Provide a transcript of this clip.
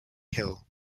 hill